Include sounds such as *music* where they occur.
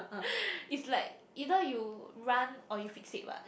*breath* is like either you run or you fix it what